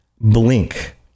blink